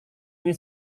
ini